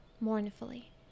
mournfully